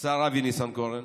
השר ניסנקורן,